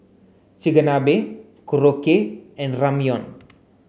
Chigenabe Korokke and Ramyeon